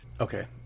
Okay